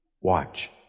Watch